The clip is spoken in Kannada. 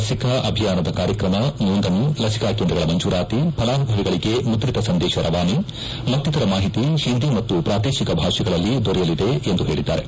ಲಸಿಕಾ ಅಭಿಯಾನದ ಕಾರ್ಯಕ್ರಮಸೋಂದಣಿ ಲಸಿಕಾ ಕೇಂದ್ರಗಳ ಮಂಜೂರಾತಿ ಫಲಾನುಭವಿಗಳಿಗೆ ಮುದ್ರಿತ ಸಂದೇಶ ರವಾನೆ ಮತ್ತಿತರ ಮಾಹಿತಿ ಹಿಂದಿ ಮತ್ತು ಪ್ರಾದೇಶಿಕ ಭಾಷೆಗಳಲ್ಲಿ ದೊರೆಯಲಿದೆ ಎಂದು ಹೇಳಿದ್ದಾರೆ